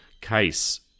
case